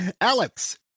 Alex